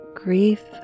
Grief